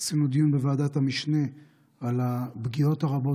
עשינו דיון בוועדת המשנה על הפגיעות הרבות